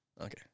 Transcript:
Okay